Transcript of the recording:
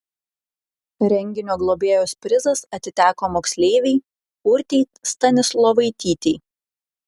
renginio globėjos prizas atiteko moksleivei urtei stanislovaitytei